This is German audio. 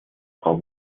frau